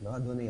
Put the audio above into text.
לא אדוני,